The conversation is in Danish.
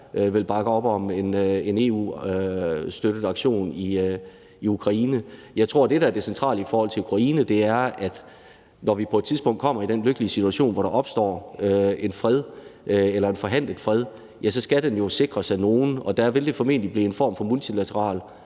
vil bakke op om en EU-støttet aktion i Ukraine. Jeg tror, at det, der er det centrale i forhold til Ukraine, er, at når vi på et tidspunkt kommer i den lykkelige situation, at der opstår en fred eller en forhandlet fred, ja, så skal den jo sikres af nogle, og der vil det formentlig blive en form for multilateral